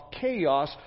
chaos